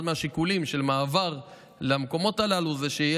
אחד מהשיקולים של מעבר למקומות הללו הוא שתהיה